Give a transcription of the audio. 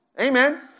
Amen